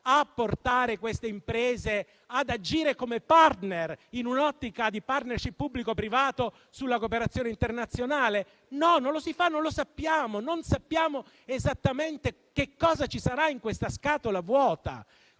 a portare quelle imprese ad agire come *partner* in un'ottica di *partnership* pubblico-privato sulla cooperazione internazionale? No, non lo si fa, non lo sappiamo. Non sappiamo esattamente che cosa ci sarà in questa scatola vuota.